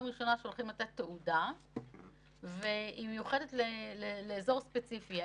ראשונה שהולכים לתת תעודה מיוחדת לאזור ספציפי.